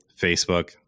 Facebook